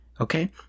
Okay